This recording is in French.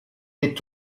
est